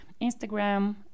Instagram